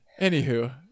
Anywho